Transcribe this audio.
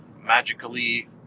magically